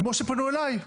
כמו שפנו אליי.